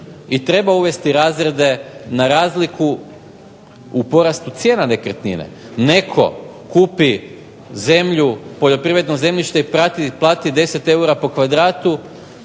i treba uvesti razrede na razliku poratu cijena nekretnine. Netko kupi poljoprivredno zemljište i plati 10 eura po kvadratu,